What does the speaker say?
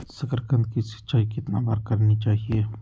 साकारकंद की सिंचाई कितनी बार करनी चाहिए?